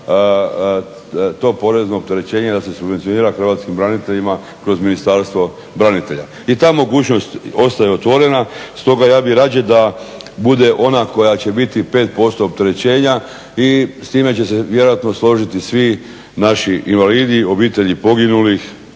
to porezno opterećenje da se subvencionira hrvatskim braniteljima kroz Ministarstvo branitelja. I ta mogućnost ostaje otvorena. Stoga ja bih radije da bude ona koja će biti 5% opterećenja i s time će se vjerojatno složiti svi naši invalidi, obitelji poginulih,